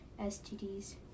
STDs